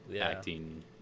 acting